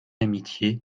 amitié